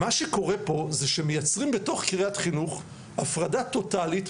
מה שקורה פה זה שמייצרים בתוך קריית חינוך הפרדה טוטלית,